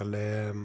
claim